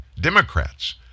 Democrats